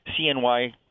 CNY